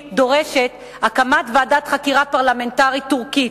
דורשות הקמת ועדת חקירה פרלמנטרית טורקית,